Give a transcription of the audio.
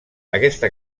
aquesta